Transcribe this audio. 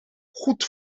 goed